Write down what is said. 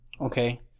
okay